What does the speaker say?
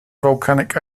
volcanic